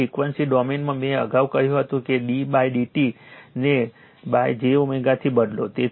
અને ફ્રીક્વન્સી ડોમેનમાં મેં અગાઉ કહ્યું હતું કે dd t ને j થી બદલો